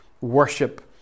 worship